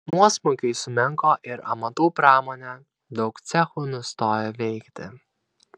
nuosmukiui sumenko ir amatų pramonė daug cechų nustojo veikti